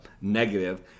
negative